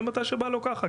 ומתי שבא לו ככה.